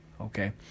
okay